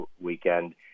weekend